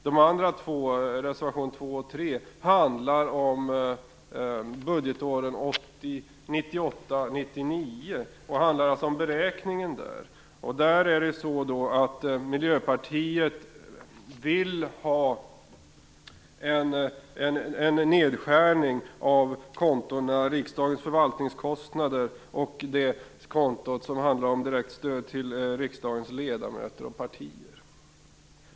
De andra två reservationerna, nr 2 och 3, handlar om budgetåren 1998 och 1999 och beräkningen av anslagen där. Miljöpartiet vill ha en nedskärning av kontot Riksdagens förvaltningskostnader och det konto som handlar om direkt stöd till riksdagens ledamöter och partier.